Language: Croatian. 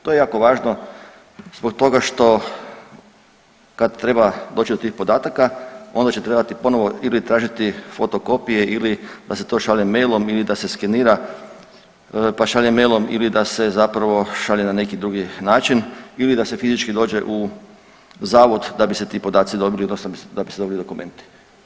To je jako važno zbog toga što kad treba doći do tih podataka onda će trebati ponovo ili tražiti fotokopije ili da se to šalje mailom ili da se skenira pa šalje mailom ili da se zapravo šalje na neki drugi način ili da se fizički dođe u zavod da bi se ti podaci dobili odnosno da bi se dobio dokument.